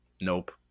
Nope